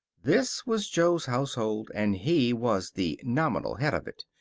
this was jo's household, and he was the nominal head of it.